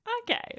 Okay